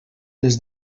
les